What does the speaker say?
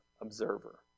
observer